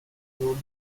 include